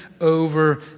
over